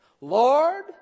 Lord